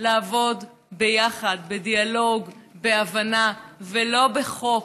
לעבוד ביחד, בדיאלוג, בהבנה, ולא בחוק,